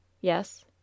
Yes